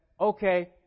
okay